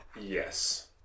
Yes